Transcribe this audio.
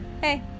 hey